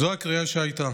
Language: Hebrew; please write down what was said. זו הקריאה שהייתה.